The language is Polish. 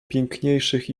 piękniejszych